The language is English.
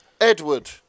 Edward